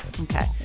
Okay